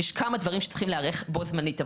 יש כמה דברים שצריכים להיערך בו-זמנית.